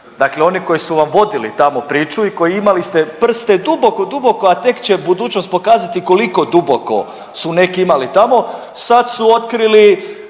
Dakle, oni koji su vam vodili tamo priču i koji imali ste prste duboko, duboko a tek će budućnost pokazati koliko duboko su neki imali tamo. Sad su otkrili